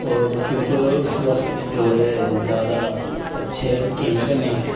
اور کیونکہ اس وقت جو ہے زیادہ اچھے کیمرے نہیں تھے